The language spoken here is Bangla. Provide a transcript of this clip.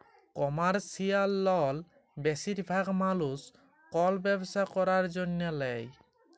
কমার্শিয়াল লল বেশিরভাগ মালুস কল ব্যবসা ক্যরার জ্যনহে লেয়